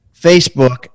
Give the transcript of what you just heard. Facebook